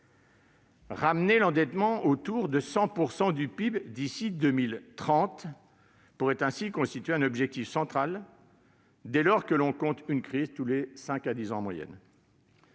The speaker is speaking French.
Ramener l'endettement autour de 100 % du PIB d'ici à 2030 pourrait ainsi constituer un objectif central, dès lors que l'on compte une crise tous les cinq à dix ans en moyenne.